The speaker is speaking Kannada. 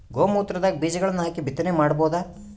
ಗೋ ಮೂತ್ರದಾಗ ಬೀಜಗಳನ್ನು ಹಾಕಿ ಬಿತ್ತನೆ ಮಾಡಬೋದ?